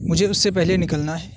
مجھے اس سے پہلے نکلنا ہے